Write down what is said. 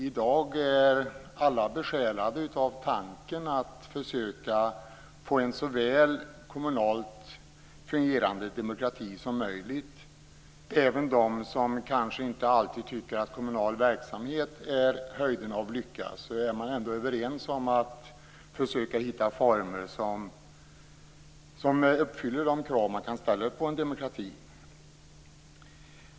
I dag är alla besjälade av tanken att försöka få en kommunal demokrati som fungerar så väl som möjligt. Även de som kanske inte alltid tycker att kommunal verksamhet är höjden av lycka håller med om att det gäller att försöka hitta former som uppfyller de krav som kan ställas på en demokrati.